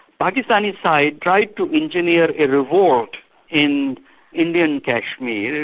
pakistani side tried to engineer a revolt in indian kashmir,